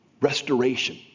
restoration